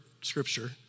scripture